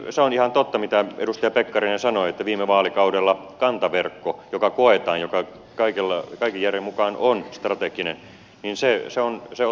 se on ihan totta mitä edustaja pekkarinen sanoi että viime vaalikaudella kantaverkko joka kaiken järjen mukaan on strateginen esseissä on se on